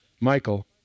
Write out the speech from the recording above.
Michael